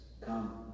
come